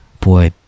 boy